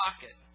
pocket